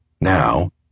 Now